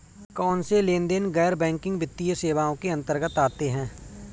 कौनसे लेनदेन गैर बैंकिंग वित्तीय सेवाओं के अंतर्गत आते हैं?